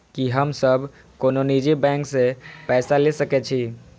की हम सब कोनो निजी बैंक से पैसा ले सके छी?